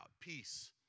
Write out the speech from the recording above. Peace